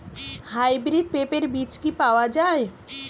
Hybrid পেঁপের বীজ কি পাওয়া যায়?